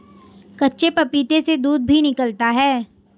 कच्चे पपीते से दूध भी निकलता है